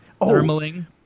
Thermaling